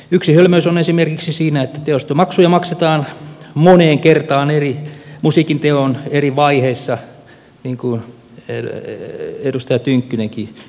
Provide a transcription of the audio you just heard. yksi hölmöys on esimerkiksi siinä että teosto maksuja maksetaan moneen kertaan musiikinteon eri vaiheissa niin kuin edustaja tynkkynenkin ehti mainita